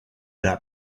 not